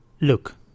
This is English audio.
Look